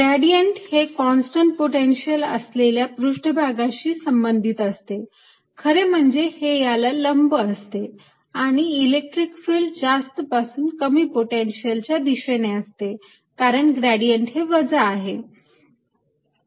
gradient हे constant potential असलेल्या पृष्ठभागाशी संबंधित असते खरे म्हणजे हे याला लंब असते आणि इलेक्ट्रिक फिल्ड जास्त पासून कमी पोटेन्शियल च्या दिशेने असते कारण ग्रेडियंट हे वजा आहे